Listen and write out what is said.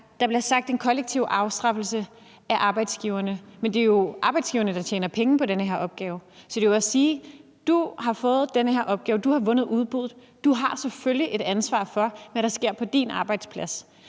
der bliver sagt »en kollektiv afstraffelse af arbejdsgiverne«. Men det er jo arbejdsgiverne, der tjener penge på den her opgave. Så det svarer jo til at sige: Du har fået den her opgave; du har vundet udbuddet. Du har selvfølgelig et ansvar for, hvad der sker på din arbejdsplads.